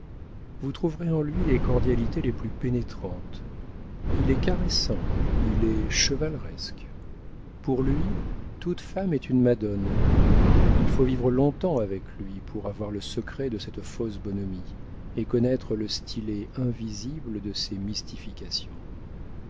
vous trouverez en lui les cordialités les plus pénétrantes il est caressant il est chevaleresque pour lui toute femme est une madone il faut vivre longtemps avec lui pour avoir le secret de cette fausse bonhomie et connaître le stylet invisible de ses mystifications